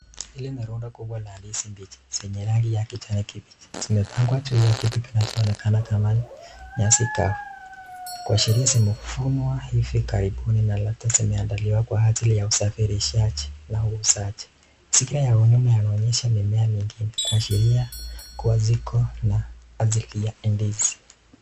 Hili ni runda kubwa la ndizi mbichi zenye rangi ya kijani kibichi zimepangwa juu ya kitu kinachoonekana kama nyasi kavu. Kuashiria vimevunwa hivi karibuni na labda zimeandaliwa kwa ajili ya usafirishaji na uuzaji. Mazingira ya nyuma inaonesha mimiea mingine kuashiria kuliko na asili ya ndizi.